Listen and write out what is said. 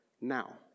now